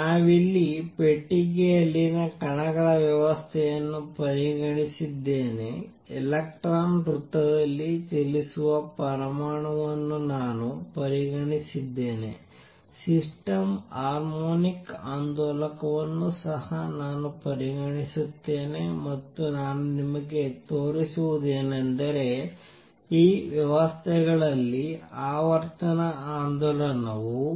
ನಾವಿಲ್ಲಿ ಪೆಟ್ಟಿಗೆಯಲ್ಲಿನ ಕಣಗಳ ವ್ಯವಸ್ಥೆಯನ್ನು ಪರಿಗಣಿಸಿದ್ದೇನೆ ಎಲೆಕ್ಟ್ರಾನ್ ವೃತ್ತದಲ್ಲಿ ಚಲಿಸುವ ಪರಮಾಣುವನ್ನು ನಾನು ಪರಿಗಣಿಸಿದ್ದೇನೆ ಸಿಸ್ಟಮ್ ಹಾರ್ಮೋನಿಕ್ ಆಂದೋಲಕವನ್ನು ಸಹ ನಾನು ಪರಿಗಣಿಸುತ್ತೇನೆ ಮತ್ತು ನಾನು ನಿಮಗೆ ತೋರಿಸುವುದೇನೆಂದರೆ ಈ ವ್ಯವಸ್ಥೆಗಳಲ್ಲಿ ಆವರ್ತನ ಆಂದೋಲನವು